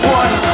one